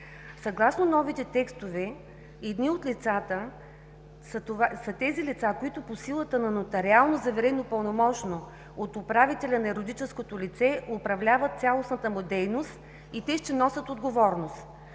Съгласно новите текстове едни от лицата са тези лица, които по силата на нотариално заверено пълномощно от управителя на юридическото лице управляват цялостната му дейност и те ще носят отговорност.